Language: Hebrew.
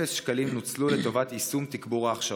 אפס שקלים נוצלו לטובת יישום תגבור ההכשרות.